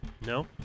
No